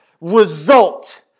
result